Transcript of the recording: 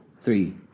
three